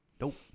Nope